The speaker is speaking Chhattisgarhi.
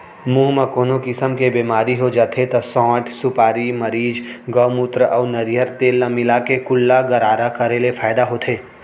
मुंह म कोनो किसम के बेमारी हो जाथे त सौंठ, सुपारी, मरीच, गउमूत्र अउ नरियर तेल ल मिलाके कुल्ला गरारा करे ले फायदा होथे